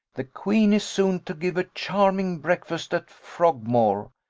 the queen is soon to give a charming breakfast at frogmore,